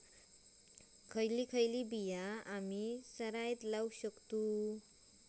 खयची खयची बिया आम्ही सरायत लावक शकतु?